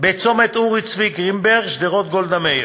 אורי צבי גרינברג, שדרות גולדה מאיר.